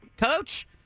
Coach